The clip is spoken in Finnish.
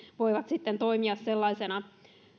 voivat sitten toimia sellaisena